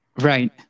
Right